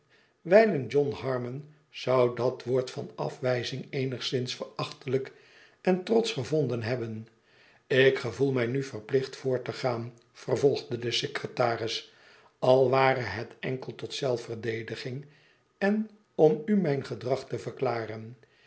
wijlen john harmon zou dat woord van afwijzing cenigszins verachtelijk en trotsch gevonden hebben ik gevoel mij nu verplicht voort te gaan vervolgde de secretaris al ware het enkel tot zelfverdediging en om u mijn gedrag te verklaren